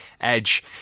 edge